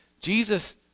Jesus